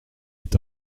est